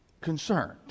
concerned